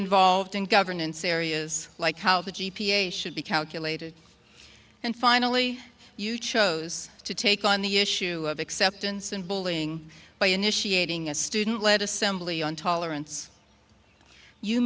involved in governance areas like how the g p a should be calculated and finally you chose to take on the issue of acceptance and bullying by initiating a student led assembly on tolerance you